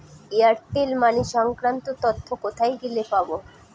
Airtel money সংক্রান্ত তথ্য কোথায় গেলে পাব?